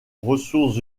ressources